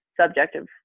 subjective